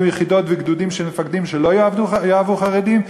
יהיו יחידות וגדודים של מפקדים שלא יאהבו חרדים,